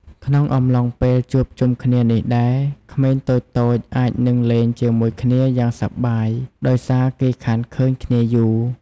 ក្នុងអំឡុងពេលជួបជុំគ្នានេះដែរ ក្មេងតូចៗអាចនឹងលេងជាមួយគ្នាយ៉ាងសប្បាយដោយសារគេខានឃើញគ្នាយូរ។